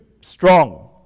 strong